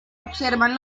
observan